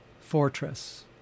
fortress